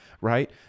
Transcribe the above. right